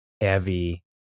heavy